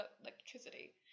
electricity